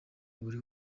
buri